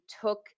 took